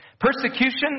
Persecution